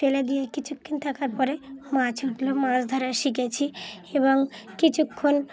ফেলে দিয়ে কিছুক্ষণ থাকার পরে মাছ উঠলো মাছ ধরা শিখেছি এবং কিছুক্ষণ